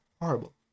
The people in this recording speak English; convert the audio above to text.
horrible